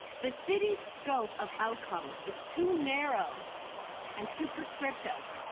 the city's scope of outcomes is too narrow and too prescriptive.